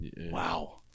Wow